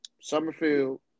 Summerfield